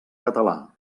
català